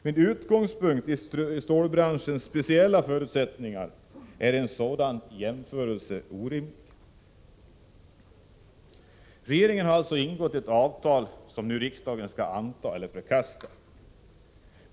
Med tanke på stålbranschens speciella förutsättningar är en sådan jämförelse orimlig. Regeringen har alltså upprättat ett avtal, som riksdagen nu skall anta eller förkasta.